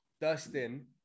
Dustin